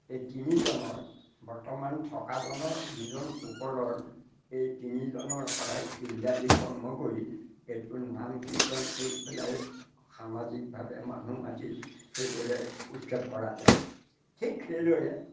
এই তিনিজনৰ বৰ্তমান থকাজনৰ দুজন ওপৰৰ এই তিনিজনৰ সদায় পিণ্ডাদি কৰ্ম কৰি এইটো নাম কীৰ্তন কৰি পেলাই সামাজিকভাৱে মানুহ মাতি সেইদৰে উৎসৱ কৰা যায় ঠিক সেইদৰে